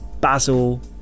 basil